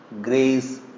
grace